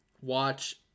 watch